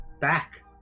back